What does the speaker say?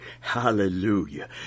Hallelujah